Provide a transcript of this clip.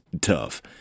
tough